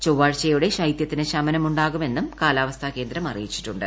ചൊവ്വാഴ്ചയോടെ ശൈത്യത്തിന് ശമനമുണ്ടാകുമെന്നും കാലാവസ്ഥാ കേന്ദ്രം അറിയിച്ചിട്ടുണ്ട്